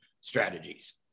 strategies